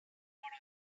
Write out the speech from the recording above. bought